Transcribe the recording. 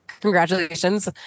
congratulations